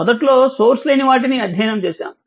మొదట్లో సోర్స్ లేని వాటిని అధ్యయనం చేశాం